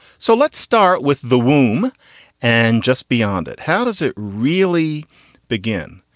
so let's start with the womb and just beyond it. how does it really begin?